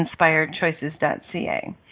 inspiredchoices.ca